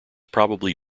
probably